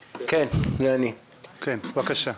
בבקשה.